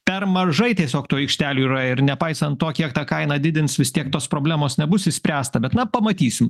per mažai tiesiog tų aikštelių yra ir nepaisant to kiek tą kainą didins vis tiek tos problemos nebus išspręsta bet na pamatysim